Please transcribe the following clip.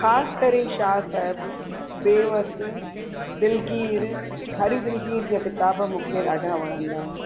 ख़ासि करे शाह साहिब बेवस दिलगीर हरि दिलगीर जा किताब मूंखे ॾाढा वणंदा आहिनि